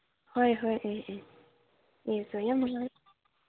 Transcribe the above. ꯍꯣꯏ ꯍꯣꯏ ꯑꯦ ꯑꯦ ꯑꯦ ꯌꯥꯝ ꯅꯨꯡꯉꯥꯏꯔꯦ